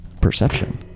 perception